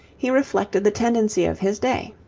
he reflected the tendency of his day.